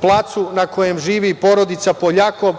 placu na kojem živi porodica Poljakov,